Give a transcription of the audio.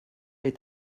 est